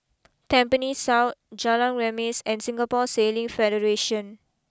Tampines South Jalan Remis and Singapore Sailing Federation